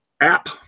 app